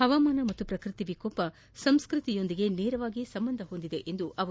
ಹವಾಮಾನ ಮತ್ತು ಪ್ರಕ್ಬತಿ ವಿಕೋಪ ಸಂಸ್ಕೃತಿಯೊಂದಿಗೆ ನೇರವಾಗಿ ಸಂಬಂಧ ಹೊಂದಿದೆ ಎಂದರು